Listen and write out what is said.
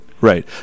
Right